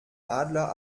adler